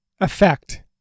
effect